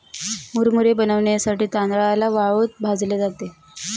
मुरमुरे बनविण्यासाठी तांदळाला वाळूत भाजले जाते